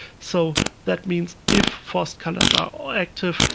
so that means if forced-colors are active,